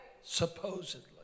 supposedly